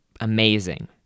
amazing